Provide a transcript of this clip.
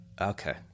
Okay